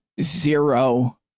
zero